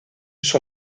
sur